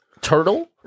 turtle